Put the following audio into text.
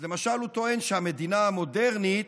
אז למשל הוא טוען שהמדינה המודרנית